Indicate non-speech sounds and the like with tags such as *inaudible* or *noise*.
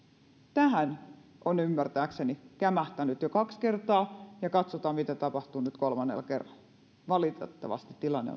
tähän tämä on ymmärtääkseni kämähtänyt jo kaksi kertaa ja katsotaan mitä tapahtuu nyt kolmannella kerralla valitettavasti tilanne *unintelligible*